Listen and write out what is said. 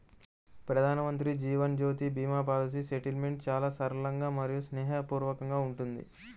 ప్రధానమంత్రి Jeevan Jyoti Bima policy settlement చాలా సరళంగా మరియు స్నేహపూర్వకంగా ఉంటుంది